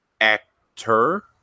actor